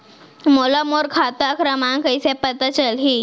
मोला मोर खाता क्रमाँक कइसे पता चलही?